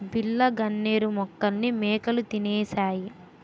బిళ్ళ గన్నేరు మొక్కల్ని మేకలు తినేశాయి